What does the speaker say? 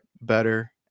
better